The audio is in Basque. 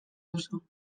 duzu